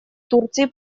турции